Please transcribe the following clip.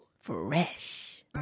Fresh